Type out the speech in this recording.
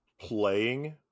playing